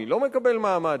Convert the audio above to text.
מי לא מקבל מעמד.